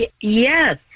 yes